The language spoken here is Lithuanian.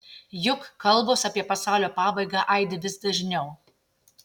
juk kalbos apie pasaulio pabaigą aidi vis dažniau